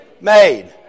made